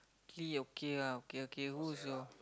actually okay ah okay okay who is your